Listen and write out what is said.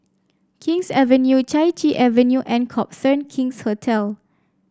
King's Avenue Chai Chee Avenue and Copthorne King's Hotel